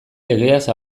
legeaz